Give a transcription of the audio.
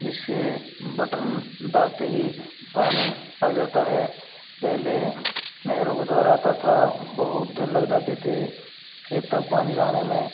जिस से बटन दबाते ही पानी आ जाता है पहले नहरों के द्वारा तथा बहुत दिन लग जाते थे खेत तक पानी लाने में